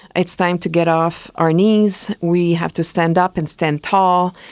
it's time to get off our knees, we have to stand up and stand tall,